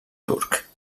turc